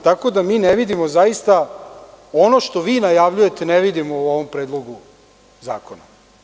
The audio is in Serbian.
Tako da mi ne vidimo zaista ono što vi najavljujete, ne vidimo u ovom predlogu zakona.